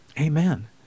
Amen